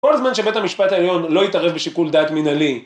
כל הזמן שבית המשפט העליון לא יתערב בשיקול דעת מנהלי